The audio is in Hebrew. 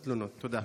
תודה.